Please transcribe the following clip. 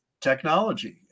technology